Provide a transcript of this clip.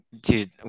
Dude